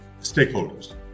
stakeholders